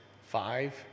five